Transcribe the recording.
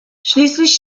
schließlich